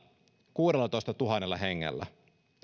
kuudellatoistatuhannella hengellä